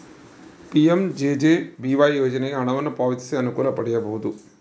PMJJBY ಯೋಜನೆಗೆ ಹಣವನ್ನು ಪಾವತಿಸಿ ಅನುಕೂಲ ಪಡೆಯಬಹುದು